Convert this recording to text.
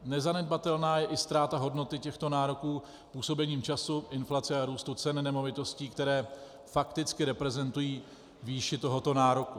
Nezanedbatelná je i ztráta hodnoty těchto nároků působením času, inflace a růstu cen nemovitostí, které fakticky reprezentují výši tohoto nároku.